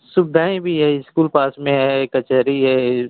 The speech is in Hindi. सुविधाएँ भी है स्कूल पास में है कचहरी है